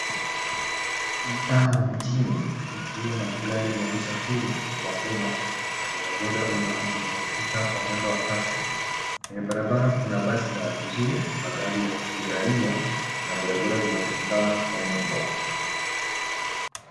Mtaa wa mjini ukiwa na magari ya usafiri wa umma na bodaboda zinazopita kwa mwendo wa kasi. Kwenye barabara kuna basi za abiria, magari ya kiraia na barabara zinazoshindana kwa mwendo.